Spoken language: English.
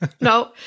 No